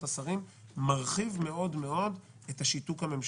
השרים לדעתי מרחיב מאוד מאוד את השיתוק הממשלתי.